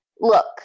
Look